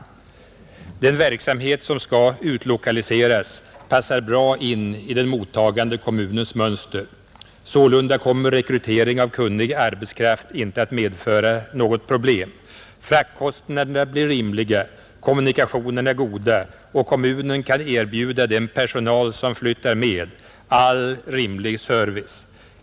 Den verksamhet som skall utlokaliseras passar bra in i den mottagande kommunens mönster. Sålunda kommer rekrytering av kunnig arbetskraft inte att medföra något problem, fraktkostnaderna blir rimliga, kommunikationerna är goda och kommunen kan erbjuda den personal som flyttar med all rimlig service.